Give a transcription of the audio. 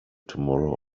tomorrow